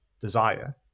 desire